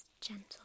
gentle